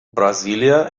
brasília